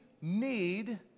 need